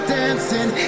dancing